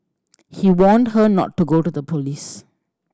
he warned her not to go to the police